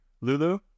Lulu